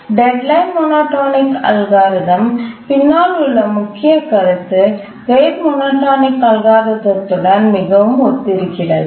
deadline monotonic அல்காரிதத்தின் பின்னால் உள்ள முக்கிய கருத்து ரேட் மோனோடோனிக் அல்காரிதத்துடன் மிகவும் ஒத்திருக்கிறது